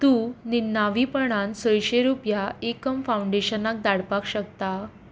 तूं निनांवीपणान सयशीं रुपया एकम फांवडेशनाक धाडपाक शकता